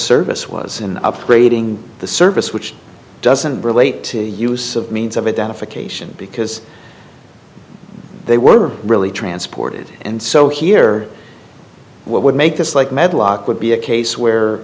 service was in upgrading the service which doesn't relate to use of means of identification because they were really transported and so here what would make this like med lock would be a case where